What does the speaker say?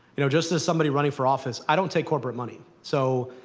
you know, just as somebody running for office, i don't take corporate money. so